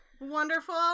Wonderful